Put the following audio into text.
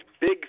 big